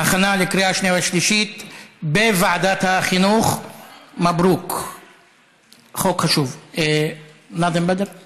ההצעה להעביר את הצעת חוק הצעת חוק לימוד עזרה ראשונה בבתי ספר